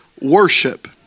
worship